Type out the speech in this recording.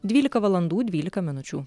dvylika valandų dvylika minučių